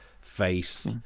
face